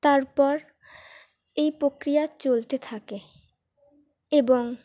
তারপর এই প্রক্রিয়া চলতে থাকে এবং